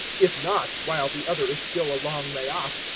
if not, while the other is still a long way off,